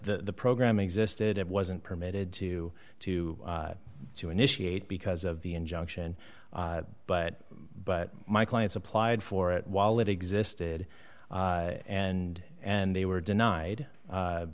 the program existed it wasn't permitted to to to initiate because of the injunction but but my clients applied for it while it existed and and they were denied